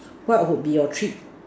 what would be your treat